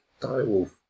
Direwolf